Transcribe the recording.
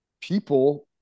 people